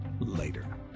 later